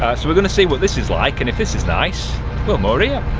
so we're gonna see what this is like and if this is nice well moor yeah